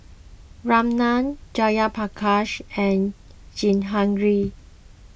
Ramnath Jayaprakash and Jehangirr